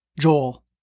Joel